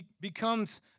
becomes